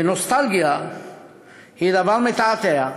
ונוסטלגיה היא דבר מתעתע,